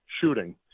shooting